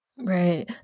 Right